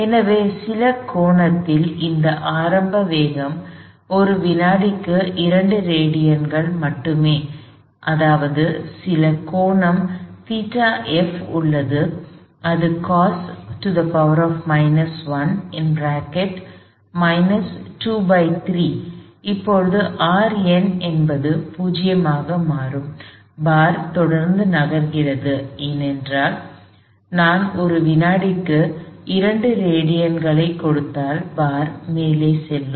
எனவே சில கோணத்தில் இந்த ஆரம்ப வேகம் ஒரு வினாடிக்கு 2 ரேடியன்கள் மட்டுமே என்றால் அதாவது சில கோணம் ϴf உள்ளது அது cos 1 23 இப்போது Rn என்பது 0 ஆக மாறும் பார் தொடர்ந்து நகர்கிறது ஏனென்றால் நான் ஒரு வினாடிக்கு 2 ரேடியன்களைக் கொடுத்தால் பார் மேலே செல்லும்